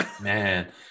man